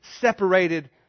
separated